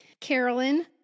Carolyn